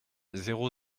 zéro